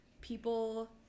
people